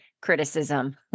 criticism